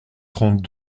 trente